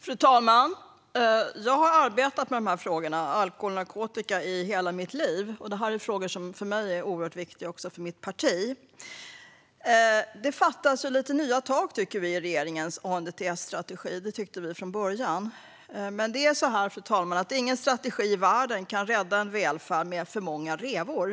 Fru talman! Jag har arbetat med alkohol och narkotikafrågor i hela mitt liv, och det här är oerhört viktiga frågor för mig och mitt parti. Vänsterpartiet har redan från början tyckt att det saknas nya tag i regeringens ANDTS-strategi. Men ingen strategi i världen, fru talman, kan rädda en välfärd med för många revor.